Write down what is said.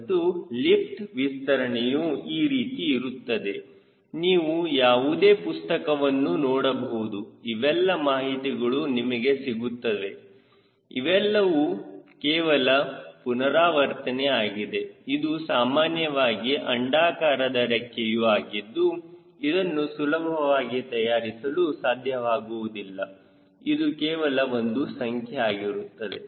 ಮತ್ತು ಲಿಫ್ಟ್ ವಿಸ್ತರಣೆಯು ಈ ರೀತಿ ಇರುತ್ತದೆ ನೀವು ಯಾವುದೇ ಪುಸ್ತಕವನ್ನು ನೋಡಬಹುದು ಇವೆಲ್ಲ ಮಾಹಿತಿಗಳು ನಿಮಗೆ ಸಿಗುತ್ತದೆ ಇವೆಲ್ಲವೂ ಕೇವಲ ಪುನರಾವರ್ತನೆ ಆಗಿದೆ ಇದು ಸಾಮಾನ್ಯವಾಗಿ ಅಂಡಾಕಾರದ ರೆಕ್ಕೆಯು ಆಗಿದ್ದು ಇದನ್ನು ಸುಲಭವಾಗಿ ತಯಾರಿಸಲು ಸಾಧ್ಯವಾಗುವುದಿಲ್ಲ ಇದು ಕೇವಲ ಒಂದು ಸಂಖ್ಯೆ ಆಗಿರುತ್ತದೆ